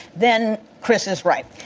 then kris is right.